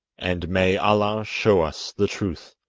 and may allah show us the truth